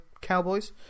Cowboys